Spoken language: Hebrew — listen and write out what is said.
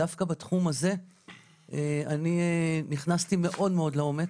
דווקא בתחום הזה אני נכנסתי מאוד מאוד לעומק.